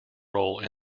role